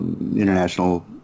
international